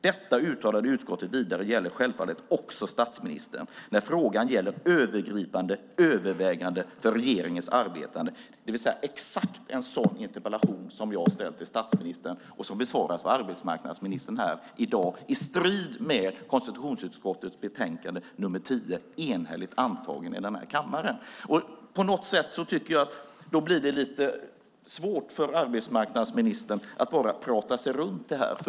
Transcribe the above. Detta, uttalade utskottet vidare, gäller självfallet också statsministern när frågan gäller övergripande överväganden för regeringens arbete." Det är exakt en sådan interpellation som jag har ställt till statsministern och som besvaras av arbetsmarknadsministern här i dag i strid med konstitutionsutskottets betänkande 10 som enhälligt har antagits i denna kammare. Då blir det lite svårt för arbetsmarknadsministern att bara prata sig runt detta.